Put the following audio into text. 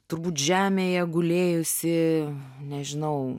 turbūt žemėje gulėjusį nežinau